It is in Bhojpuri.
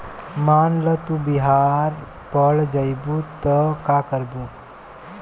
मान ल तू बिहार पड़ जइबू त का करबू